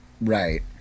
Right